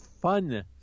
fun